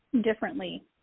differently